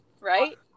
Right